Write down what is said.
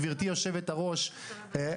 גברתי יושבת-הראש,